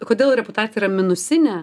kodėl reputacija yra minusinė